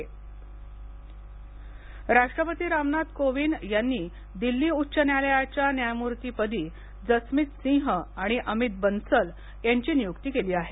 राष्ट्रपती राष्ट्रपती रामनाथ कोविंद यांनी दिल्ली उच्च न्यायालयाच्या न्यायमूर्ती पदी जसमीत सिंह आणि आमित बन्सल यांची नियुक्ती केली आहे